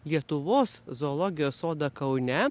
lietuvos zoologijos sodą kaune